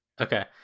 Okay